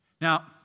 Now